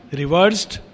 reversed